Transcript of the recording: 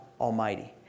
Almighty